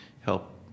help